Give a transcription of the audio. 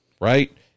right